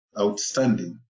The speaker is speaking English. outstanding